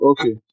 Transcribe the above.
Okay